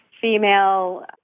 female